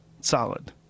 Solid